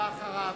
בבקשה.